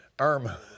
Irma